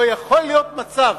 לא יכול להיות מצב